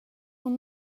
hon